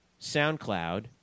SoundCloud